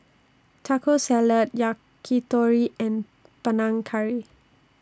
Taco Salad Yakitori and Panang Curry